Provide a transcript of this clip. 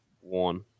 one